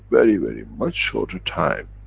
very, very, much shorter time,